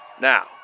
Now